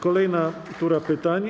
Kolejna tura pytań.